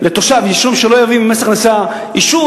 שלא יביא ממס הכנסה אישור,